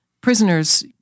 prisoners